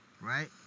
right